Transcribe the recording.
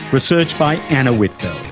research by anna whitfeld,